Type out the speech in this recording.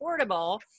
affordable